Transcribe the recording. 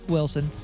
Wilson